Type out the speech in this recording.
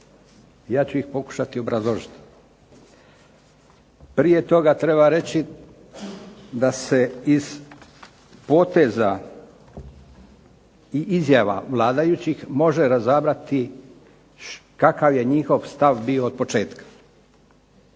Ja ću ih pokušati obrazložiti. Prije toga treba reći da se iz poteza i izjava vladajućih može razabrati kakav je njihov stav bio otpočetka.